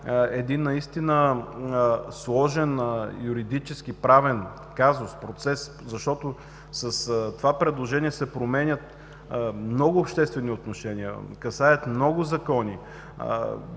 един наистина сложен юридически правен казус, процес, защото с това предложение се променят много обществени отношения, касаят много закони,